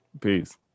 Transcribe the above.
Peace